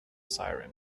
siren